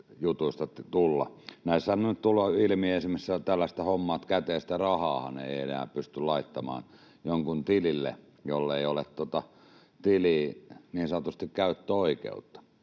Näissähän on nyt tullut ilmi esimerkiksi tällaista hommaa, että käteistä rahaa ei enää pysty laittamaan jonkun tilille, jollei ole tiliin niin sanotusti käyttöoikeutta,